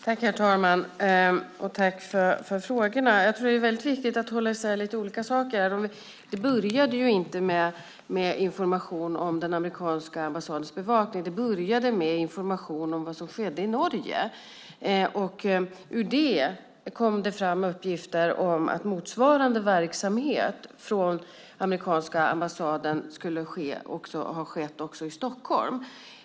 Herr talman! Det är viktigt att hålla isär vissa saker. Det började inte med information om den amerikanska ambassadens bevakning. Det började med information om vad som skedde i Norge. Det kom fram uppgifter om att motsvarande verksamhet från amerikanska ambassaden skulle ha skett också i Stockholm.